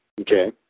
Okay